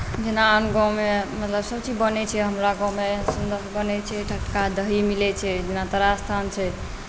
जेना हम गाँवमे मतलब सभचीज बनैत छै हमरा गाँवमे बनैत छै टटका दही मिलैत छै जेना तारास्थान छै